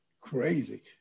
crazy